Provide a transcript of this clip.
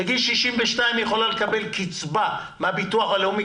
בגיל 62 היא יכולה לקבל קצבה מהביטוח הלאומי,